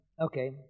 Okay